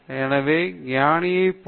எனவே ஞானியைப் போல